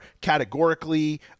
categorically